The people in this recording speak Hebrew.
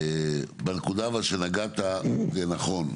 בנקודה אבל שנגעת זה נכון.